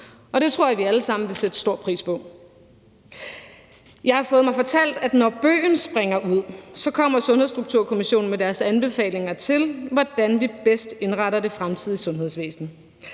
og det tror jeg vi alle sammen vil sætte stor pris på. Jeg har fået fortalt, at når bøgen springer ud, kommer Sundhedsstrukturkommissionen med deres anbefalinger til, hvordan vi bedst indretter det fremtidige sundhedsvæsen,